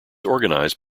organised